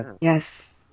Yes